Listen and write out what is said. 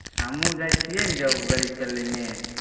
हमहूँ जाए छिए ने जब गाड़ी चलेने